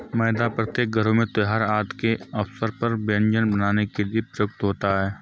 मैदा प्रत्येक घरों में त्योहार आदि के अवसर पर व्यंजन बनाने के लिए प्रयुक्त होता है